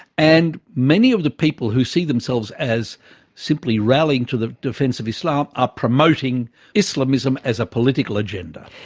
and many of the people who see themselves as simply rallying to the defence of islam are promoting islamism as a political agenda.